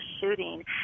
shooting